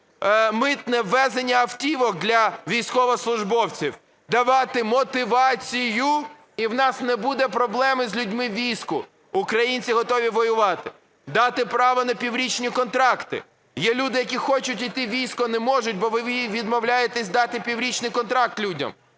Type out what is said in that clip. безмитне ввезення автівок для військовослужбовців, давати мотивацію і в нас не буде проблем з людьми у війську. Українці готові воювати. Дати право на піврічні контракти, є люди, які хочуть іти у військо, а не можуть, бо ви відмовляєтесь дати піврічний контракт людям,